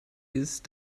ist